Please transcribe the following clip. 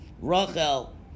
rachel